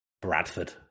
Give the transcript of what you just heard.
Bradford